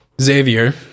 Xavier